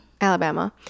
alabama